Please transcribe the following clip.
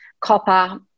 copper